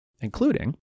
including